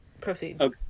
Proceed